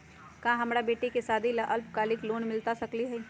का हमरा बेटी के सादी ला अल्पकालिक लोन मिलता सकली हई?